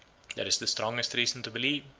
there is the strongest reason to believe,